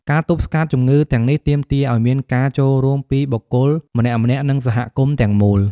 ការទប់ស្កាត់ជំងឺទាំងនេះទាមទារឲ្យមានការចូលរួមពីបុគ្គលម្នាក់ៗ និងសហគមន៍ទាំងមូល។